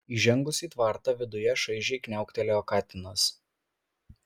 įžengus į tvartą viduje šaižiai kniauktelėjo katinas